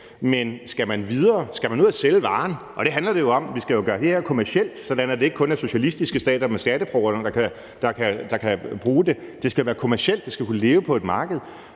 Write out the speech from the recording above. man skal ud at sælge varen, og det handler det jo om – for vi skal jo gøre det her kommercielt, sådan at det ikke kun er socialistiske stater, men også skatteborgerne, der kan bruge det, og det skal kunne leve på et marked